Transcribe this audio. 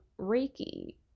Reiki